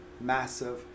massive